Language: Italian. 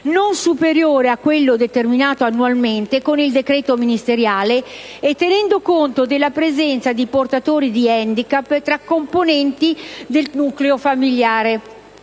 non superiore a quello determinato annualmente con il decreto ministeriale e tenendo conto della presenza di portatori di handicap tra componenti del nucleo familiare.